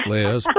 Liz